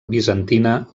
bizantina